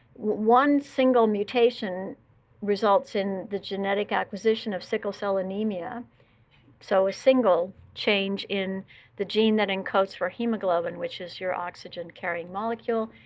one single mutation results in the genetic acquisition of sickle cell anemia so a single change in the gene that encodes for hemoglobin, which is your oxygen carrying molecule.